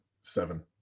seven